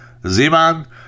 Zeman